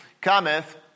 cometh